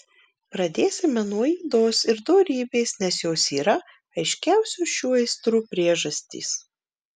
pradėsime nuo ydos ir dorybės nes jos yra aiškiausios šių aistrų priežastys